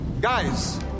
Guys